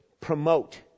promote